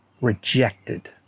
rejected